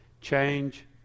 change